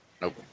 Nope